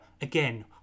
again